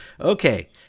Okay